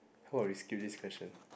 how about we skip this question